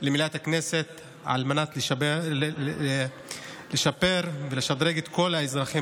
למליאת הכנסת כדי לשפר ולשדרג את כל האזרחים